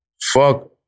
Fuck